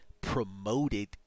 promoted